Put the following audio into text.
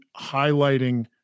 highlighting